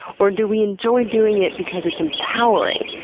or do we enjoy doing it because it's empowering?